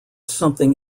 something